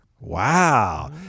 Wow